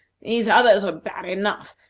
these others were bad enough,